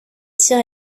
tirs